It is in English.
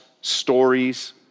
stories